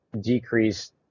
decrease